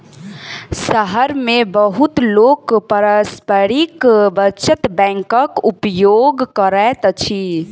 शहर मे बहुत लोक पारस्परिक बचत बैंकक उपयोग करैत अछि